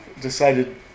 decided